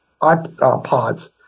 iPods